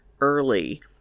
early